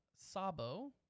Sabo